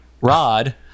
Rod